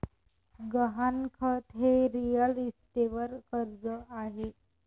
गहाणखत हे रिअल इस्टेटवर कर्ज आहे